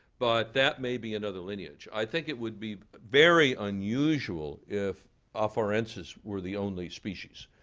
but that may be another lineage. i think it would be very unusual if afarensis were the only species.